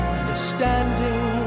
Understanding